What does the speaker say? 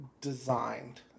designed